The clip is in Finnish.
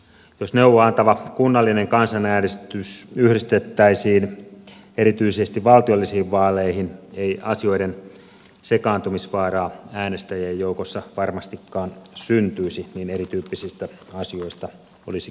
jos neuvoa antava kunnallinen kansanäänestys yhdistettäisiin erityisesti valtiollisiin vaaleihin ei asioiden sekaantumisvaaraa äänestäjien joukossa varmastikaan syntyisi niin erityyppisistä asioista olisi kysymys